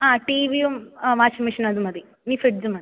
ആ ടി വിയും ആ വാഷിംഗ് മെഷീനും അതുമതി ഇനി ഫ്രിഡ്ജ്